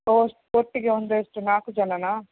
ಒ ಒಟ್ಟಿಗೆ ಒಂದೆಷ್ಟು ನಾಲ್ಕು ಜನಾನಾ